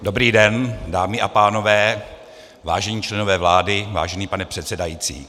Dobrý den, dámy a pánové, vážení členové vlády, vážený pane předsedající.